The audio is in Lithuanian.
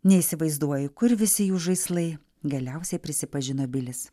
neįsivaizduoju kur visi jų žaislai galiausiai prisipažino bilis